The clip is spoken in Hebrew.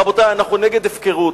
רבותי, אנחנו נגד הפקרות,